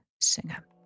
singer